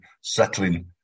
settling